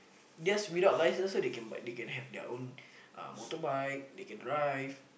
theirs without license so they can bike they can have their own motorbike they can drive